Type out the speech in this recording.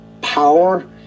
power